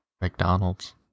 McDonald's